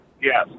Yes